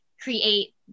create